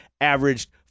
averaged